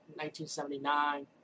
1979